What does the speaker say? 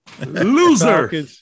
loser